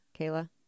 Kayla